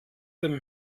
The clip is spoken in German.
dem